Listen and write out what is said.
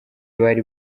bari